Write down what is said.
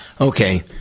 Okay